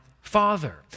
father